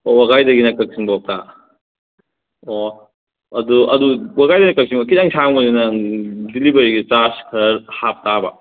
ꯋꯥꯕꯒꯥꯏꯗꯒꯤꯅ ꯀꯥꯛꯆꯤꯡꯕꯣꯛꯇ ꯑꯣ ꯑꯗꯨ ꯑꯗꯨ ꯋꯥꯕꯒꯥꯏꯗꯒꯤ ꯀꯥꯛꯆꯤꯡꯕꯣꯛ ꯈꯤꯇꯪ ꯁꯥꯡꯕꯅꯤꯅ ꯗꯦꯂꯤꯚꯔꯤꯒꯤ ꯆꯥꯔꯆ ꯈꯔ ꯍꯥꯞꯄ ꯇꯥꯕ